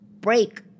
break